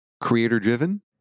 Creator-driven